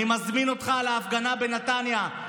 אני מזמין אותך להפגנה בנתניה,